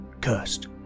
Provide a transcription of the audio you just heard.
cursed